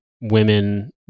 women